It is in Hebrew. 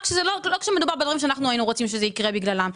רק לא כשמדובר באירועים שאנחנו היינו רוצים שזה יקרה בגללם.